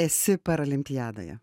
esi paralimpiadoje